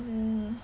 hmm